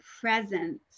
presence